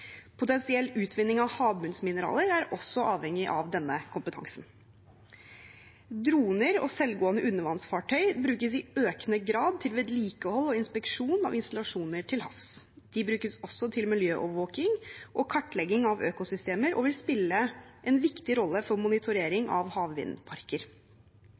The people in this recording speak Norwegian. Potensiell utvinning av havbunnsmineraler er også avhengig av denne kompetansen. Droner og selvgående undervannsfartøy brukes i økende grad til vedlikehold og inspeksjon av installasjoner til havs. De brukes også til miljøovervåking og kartlegging av økosystemer og vil spille en viktig rolle for